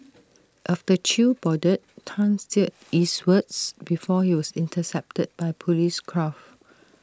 after chew boarded Tan steered eastwards before he was intercepted by Police craft